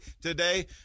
today